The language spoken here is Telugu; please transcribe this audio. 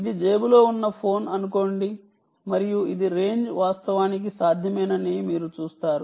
ఇది జేబులో ఉన్న ఫోన్ అని అనుకోండి మరియు ఇది వాస్తవానికి రేంజ్ సాధ్యమేనని మీరు చూస్తారు